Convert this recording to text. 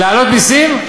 להעלות מסים?